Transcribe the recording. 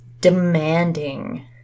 demanding